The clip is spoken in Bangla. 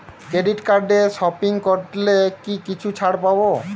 ক্রেডিট কার্ডে সপিং করলে কি কিছু ছাড় পাব?